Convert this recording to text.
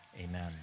Amen